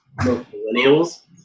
millennials